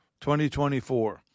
2024